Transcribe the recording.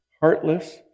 heartless